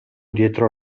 dietro